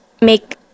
make